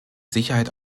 sicherheit